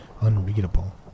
unreadable